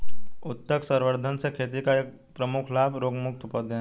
उत्तक संवर्धन से खेती का एक प्रमुख लाभ रोगमुक्त पौधे हैं